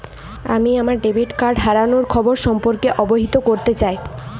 আমি আমার debit card হারানোর খবর সম্পর্কে অবহিত করতে চাই